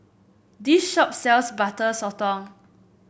this shop sells Butter Sotong